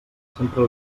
sempre